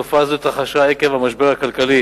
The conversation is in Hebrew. תופעה זו התרחשה עקב המשבר הכלכלי